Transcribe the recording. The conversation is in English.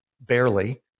barely